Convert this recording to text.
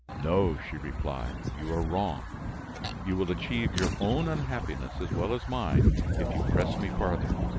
no, she replied, you are wrong you will achieve your own unhappiness as well as mine if you press me farther.